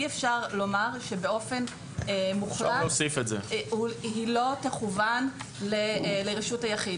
אי אפשר לומר שבאופן מוחלט היא לא תכוון לרשות היחיד.